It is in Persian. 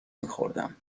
میخوردم